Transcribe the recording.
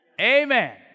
Amen